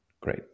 great